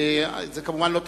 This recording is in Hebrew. זה, כמובן, לא תפקידך.